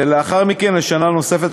ולאחר מכן בשנה נוספת,